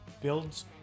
Builds